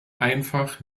einfach